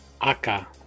Aka